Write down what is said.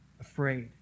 afraid